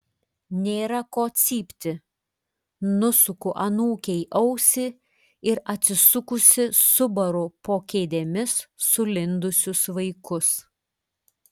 nėra ko cypti nusuku anūkei ausį ir atsisukusi subaru po kėdėmis sulindusius vaikus